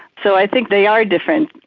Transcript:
so i think they are different.